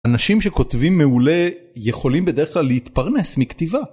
אנשים שכותבים מעולה יכולים בדרך כלל להתפרנס מכתיבה.